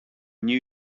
new